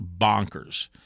bonkers